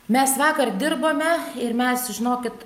mes vakar dirbome ir mes žinokit